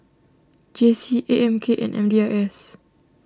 J C A M K and M D I S